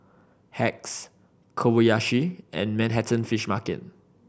Hacks Kobayashi and Manhattan Fish Market